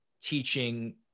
teaching